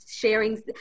sharing